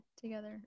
together